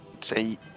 say